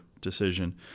decision